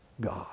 God